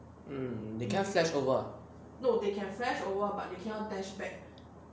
hmm they can't flash over ah